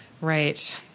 right